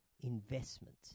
investment